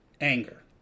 anger